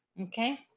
okay